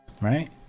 Right